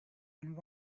and